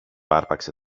άρπαξε